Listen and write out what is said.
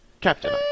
Captain